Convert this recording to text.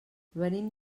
venim